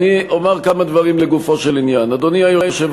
עכשיו, אני אומר לגופו של עניין, תחוקק